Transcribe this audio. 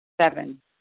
Seven